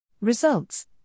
Results